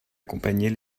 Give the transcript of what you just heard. accompagner